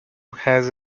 has